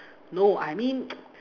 no I mean